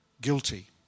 guilty